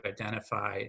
identify